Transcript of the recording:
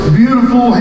beautiful